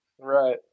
Right